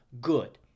good